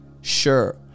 Sure